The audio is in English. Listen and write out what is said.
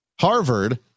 Harvard